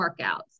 workouts